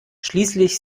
schließlich